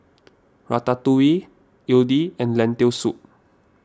Ratatouille Idili and Lentil Soup